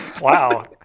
Wow